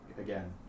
Again